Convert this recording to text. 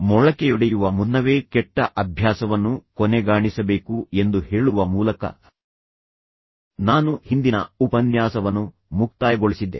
ಮೊಳಕೆಯೊಡೆಯುವ ಮುನ್ನವೇ ಕೆಟ್ಟ ಅಭ್ಯಾಸವನ್ನು ಕೊನೆಗಾಣಿಸಬೇಕು ಎಂದು ಹೇಳುವ ಮೂಲಕ ನಾನು ಹಿಂದಿನ ಉಪನ್ಯಾಸವನ್ನು ಮುಕ್ತಾಯಗೊಳಿಸಿದ್ದೆ